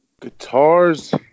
guitars